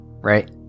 right